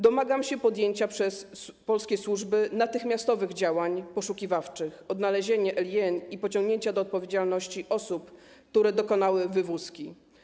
Domagam się podjęcia przez polskie służby natychmiastowych działań poszukiwawczych, odnalezienia Eileen i pociągnięcia do odpowiedzialności osób, które dokonały wywózki.